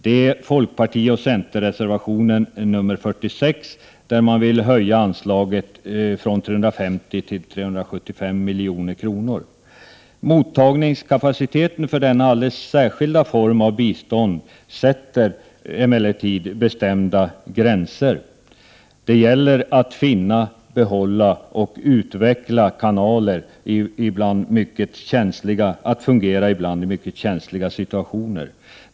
Det är folkpartioch centerreservationen nr 46, där det föreslås en höjning av anslaget från 350 till 375 milj.kr. Mottagningskapaciteten för denna alldeles särskilda form av bistånd sätter emellertid bestämda gränser. Det gäller att finna, behålla och utveckla kanaler som kan fungera i ibland mycket känsliga situationer.